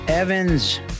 Evans